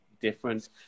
different